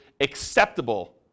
acceptable